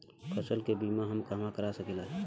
फसल के बिमा हम कहवा करा सकीला?